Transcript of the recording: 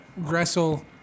Gressel